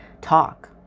talk